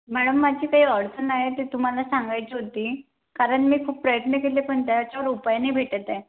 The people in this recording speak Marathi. मॅडम माझी काही अडचण आहे ते तुम्हाला सांगायची होती कारण मी खूप प्रयत्न केले पण त्याच्यावर उपाय नाही भेटतं आहे